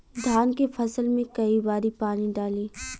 धान के फसल मे कई बारी पानी डाली?